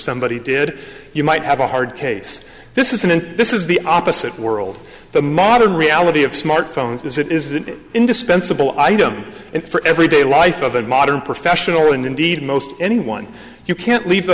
somebody did you might have a hard case this isn't in this is the opposite world the modern reality of smartphones is it is an indispensable item and for every day life of a modern professional and indeed most anyone you can't leave the